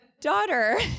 daughter